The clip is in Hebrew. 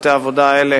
צוותי העבודה האלה